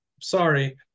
Sorry